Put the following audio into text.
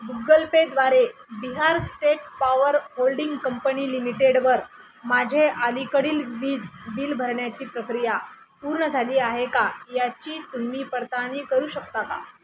Google पेद्वारे Bihar state power holding company लिमिटेडवर माझे अलीकडील वीज बिल भरण्याची प्रक्रिया पूर्ण झाली आहे का याची तुम्ही पडताळणी करू शकता का